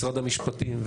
משרד המשפטים,